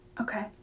Okay